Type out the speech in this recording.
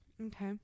Okay